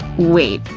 wait,